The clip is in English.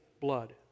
blood